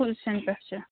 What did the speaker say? کُل سین پٮ۪ٹھ چھِ